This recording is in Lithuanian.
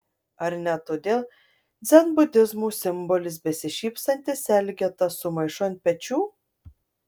ar ne todėl dzenbudizmo simbolis besišypsantis elgeta su maišu ant pečių